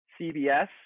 CBS